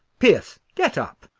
pierce, get up!